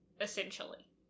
essentially